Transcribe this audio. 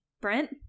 Brent